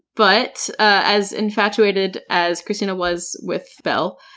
but as infatuated as kristina was with belle,